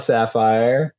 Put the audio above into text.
Sapphire